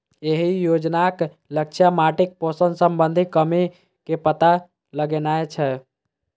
एहि योजनाक लक्ष्य माटिक पोषण संबंधी कमी के पता लगेनाय छै